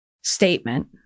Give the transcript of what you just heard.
statement